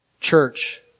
Church